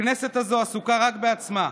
הכנסת הזו עסוקה רק בעצמה,